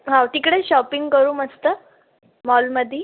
हो तिकडे शॉपिंग करू मस्त मॉलमध्ये